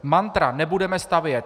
Mantra nebudeme stavět.